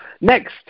Next